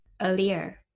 earlier